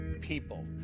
people